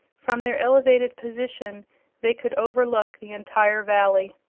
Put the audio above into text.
from their elevated position they could overlook the entire valley,